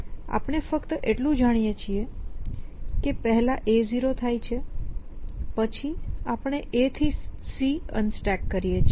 આપણે ફક્ત એટલું જાણીએ છીએ કે પહેલા A0 થાય છે પછી આપણે A થી C અનસ્ટેક કરીએ છીએ